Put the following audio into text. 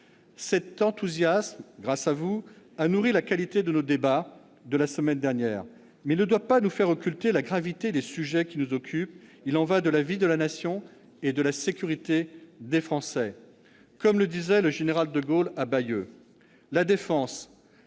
Cet enthousiasme a nourri la qualité de nos débats de la semaine dernière. Mais il ne doit pas nous faire occulter la gravité des sujets qui nous occupent. Il y va de la vie de la Nation et de la sécurité des Français. Comme le disait le général de Gaulle à Bayeux :« La défense